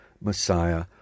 Messiah